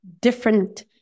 different